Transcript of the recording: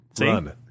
Run